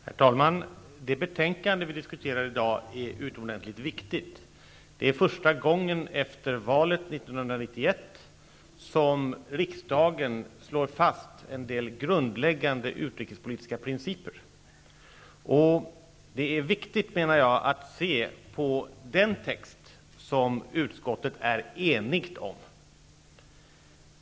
Herr talman! Det betänkande vi i dag diskuterar är utomordentligt viktigt. Det är första gången efter valet 1991 som riksdagen slår fast en del grundläggande utrikespolitiska principer. Jag menar att det är viktigt att se på den text som utskottet är enigt om.